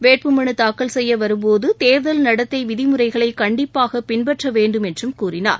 வேட்பு மலு தாக்கல் செய்ய வரும்போது தேர்தல் நடத்தை விதிமுறைகளை கண்டிப்பாக பின்பற்ற வேண்டும் என்றும் கூறினார்